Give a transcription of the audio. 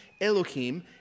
Elohim